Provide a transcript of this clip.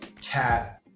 Cat